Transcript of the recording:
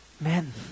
Man